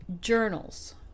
journals